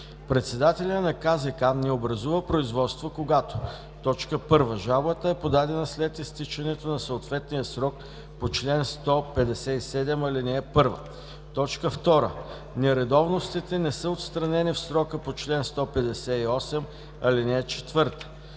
Председателят на КЗК не образува производство, когато: 1. жалбата е подадена след изтичането на съответния срок по чл. 157, ал. 1; 2. нередовностите не са отстранени в срока по чл. 158, ал. 4;